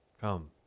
come